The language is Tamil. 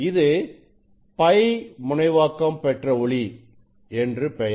இது π முனைவாக்கம் பெற்ற ஒளி என்று பெயர்